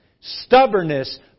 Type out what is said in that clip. Stubbornness